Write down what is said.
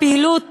הפעילות,